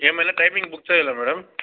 ఏమైనా timing book చెయ్యాలా madam